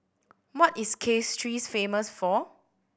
what is Castries famous for